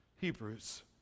Hebrews